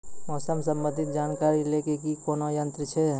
मौसम संबंधी जानकारी ले के लिए कोनोर यन्त्र छ?